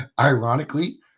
ironically